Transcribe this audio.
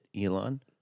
Elon